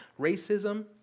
Racism